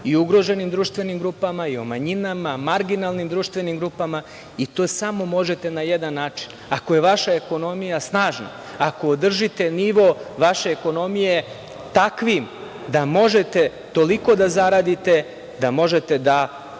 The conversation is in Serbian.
o ugroženim društvenim grupama, i o manjinama, marginalnim društvenim grupama, i to samo možete na jedan način. Ako je vaša ekonomija snažna, ako održite nivo vaše ekonomije takvim da možete toliko da zaradite, da možete